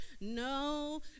No